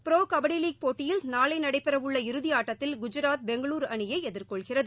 bro kabaddi league போட்டியில் நாளை நடைபெறவுள்ள இறுதி ஆட்டத்தில் குஜராத் பெங்களுரு அணியை எதிர்கொள்கிறது